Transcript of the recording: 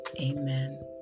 Amen